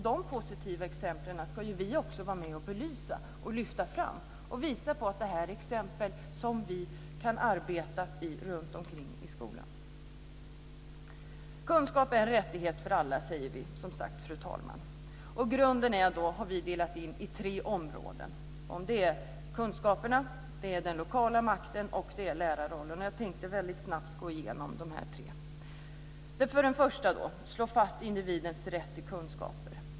De positiva exemplen ska vi också belysa och lyfta fram, visa på att det är exempel som vi kan arbeta med runtomkring i skolan. Kunskap är en rättighet för alla, säger vi. Grunden har vi delat in i tre områden. Det är kunskaperna, den lokala makten och lärarrollen. Och jag tänkte väldigt snabbt gå igenom dessa tre. För det första gäller det att slå fast individens rätt till kunskaper.